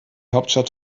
hauptstadt